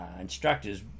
instructors